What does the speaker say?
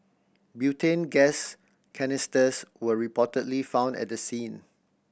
butane gas canisters were reportedly found at the scene